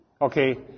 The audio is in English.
Okay